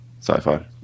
sci-fi